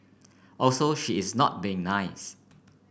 also she is not being nice